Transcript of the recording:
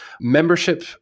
membership